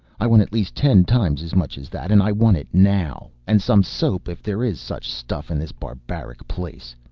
i want at least ten times as much as that and i want it now. and some soap, if there is such stuff in this barbaric place.